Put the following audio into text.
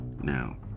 Now